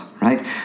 right